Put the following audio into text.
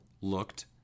looked